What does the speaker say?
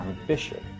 ambition